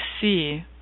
see